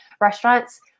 restaurants